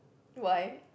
why